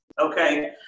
Okay